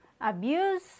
abuse